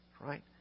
right